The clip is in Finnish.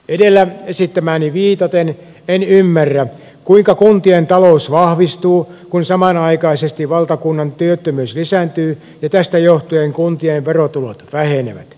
edellä esittämääni viitaten en ymmärrä kuinka kuntien talous vahvistuu kun samanaikaisesti valtakunnan työttömyys lisääntyy ja tästä johtuen kuntien verotulot vähenevät